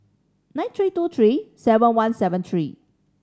nine three two three seven one seven three